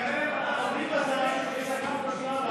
אלו שאין להם זכות הצבעה באו.